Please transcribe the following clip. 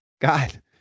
god